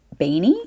Beanie